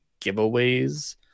giveaways